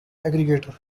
aggregator